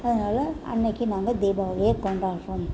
அதனால அன்றைக்கி நாங்கள் தீபாவளியை கொண்டாடுறோம்